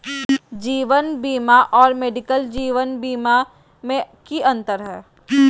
जीवन बीमा और मेडिकल जीवन बीमा में की अंतर है?